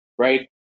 Right